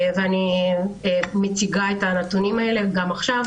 אני מציגה את הנתונים האלה גם עכשיו,